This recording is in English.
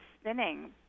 spinning